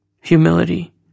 humility